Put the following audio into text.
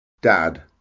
dad